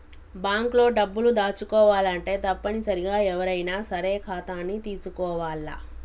bank లో డబ్బులు దాచుకోవాలంటే తప్పనిసరిగా ఎవ్వరైనా సరే ఖాతాని తీసుకోవాల్ల